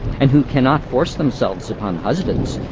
and who cannot force themselves upon husbands,